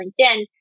LinkedIn